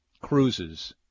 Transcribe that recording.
cruises